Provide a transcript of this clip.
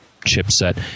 chipset